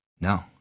no